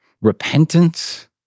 repentance